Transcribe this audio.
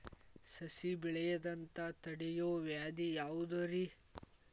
ಸಸಿ ಬೆಳೆಯದಂತ ತಡಿಯೋ ವ್ಯಾಧಿ ಯಾವುದು ರಿ?